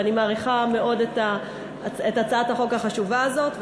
ואני מעריכה מאוד את הצעת החוק החשובה הזאת.